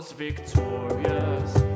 victorious